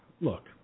look